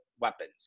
weapons